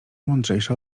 mądrzejsze